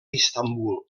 istanbul